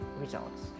results